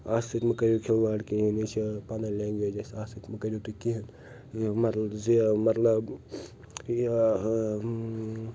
اَتھ سۭتۍ مہٕ کرِو کھِلواڑ کہیٖنۍ یہِ چھِ ٲں پنٕنۍ لنٛگویج اسہِ اَتھ سۭتۍ مہٕ کرِو تُہۍ کہیٖنۍ یہِ مطلب زِ مطلب یہِ ٲں